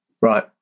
Right